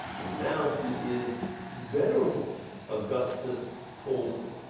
and now, he is venerable augustus toalton.